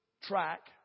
track